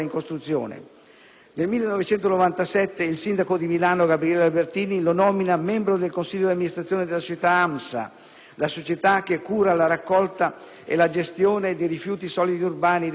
Nel 1997 il sindaco di Milano Gabriele Albertini lo nomina membro del consiglio di amministrazione della società AMSA, la società che cura la raccolta e la gestione dei rifiuti solidi urbani della città di Milano.